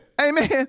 Amen